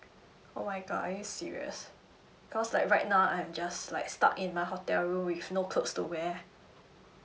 oh my god are you serious cause like right now I am just like stuck in my hotel room with no clothes to wear